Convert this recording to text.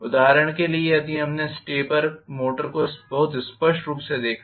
उदाहरण के लिए यदि हमने स्टेपर मोटर को बहुत स्पष्ट रूप से देखा है